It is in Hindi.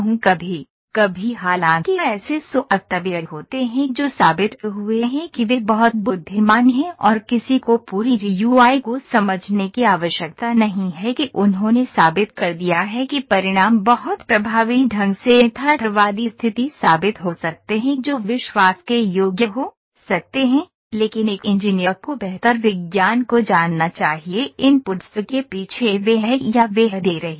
कभी कभी हालांकि ऐसे सॉफ़्टवेयर होते हैं जो साबित हुए हैं कि वे बहुत बुद्धिमान हैं और किसी को पूरी जीयूआई को समझने की आवश्यकता नहीं है कि उन्होंने साबित कर दिया है कि परिणाम बहुत प्रभावी ढंग से यथार्थवादी स्थिति साबित हो सकते हैं जो विश्वास के योग्य हो सकते हैं लेकिन एक इंजीनियर को बेहतर विज्ञान को जानना चाहिए इनपुट्स के पीछे वह है या वह दे रही है